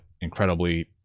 incredibly